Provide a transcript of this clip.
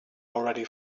already